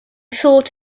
thought